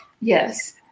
Yes